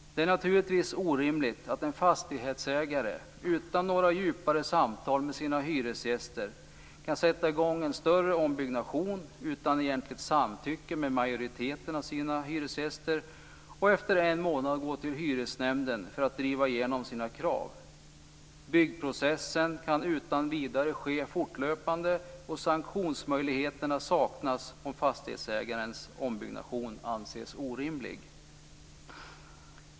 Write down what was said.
Det är naturligtvis orimligt att en fastighetsägare utan några djupare samtal med sina hyresgäster kan sätta i gång en större ombyggnation utan egentligt samtycke från majoriteten av sina hyresgäster och efter en månad gå till Hyresnämnden för att driva igenom sina krav. Byggprocessen kan utan vidare ske fortlöpande, och sanktionsmöjligheterna saknas om fastighetsägarens ombyggnation anses orimlig.